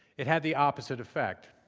it had the opposite effect.